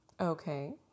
Okay